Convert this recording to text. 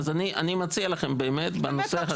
אז אני מציע לכם באמת בנושא הזה,